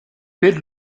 per